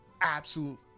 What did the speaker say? Absolute